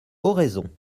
oraison